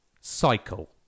Cycle